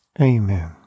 Amen